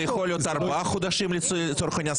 זה יכול להיות ארבעה חודשים לצורך העניין?